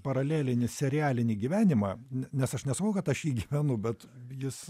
paralelinį serialinį gyvenimą nes aš nesakau kad aš jį gyvenu bet jis